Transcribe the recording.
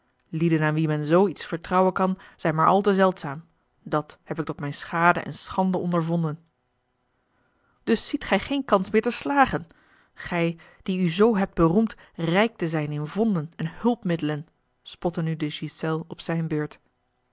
lieden aan wie men zoo iets vertrouwen kan zijn maar al te zeldzaam dàt heb ik tot mijne schade en schande ondervonden us ziet gij geen kans meer te slagen gij die u zoo hebt beroemd rijk te zijn in vonden en hulpmiddelen spotte nu de ghiselles op zijne beurt